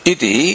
Iti